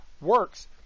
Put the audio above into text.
works